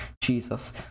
Jesus